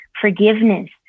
forgiveness